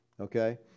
Okay